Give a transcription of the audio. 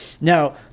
Now